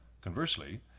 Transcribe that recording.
conversely